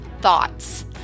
thoughts